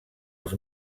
els